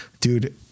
Dude